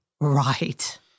Right